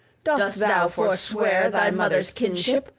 dost thou forswear thy mother's kinship,